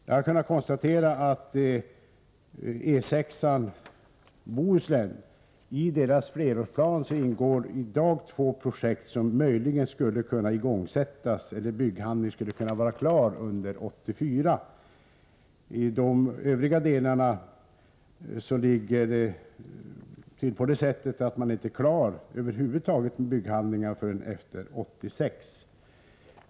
Jag har kunnat konstatera att beträffande E 6-an i Bohuslän ingår i flerårsplanen två projekt där man möjligen skulle kunna ha bygghandlingar klara 1984. För övriga delar är inte bygghandlingar klara förrän efter 1986.